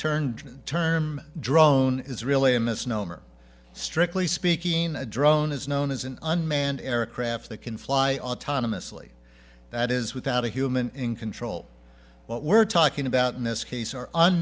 turned term drone is really a misnomer strictly speaking a drone is known as an unmanned aircraft that can fly autonomously that is without a human in control what we're talking about in this case are